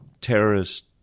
terrorist